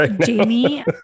Jamie